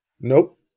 Nope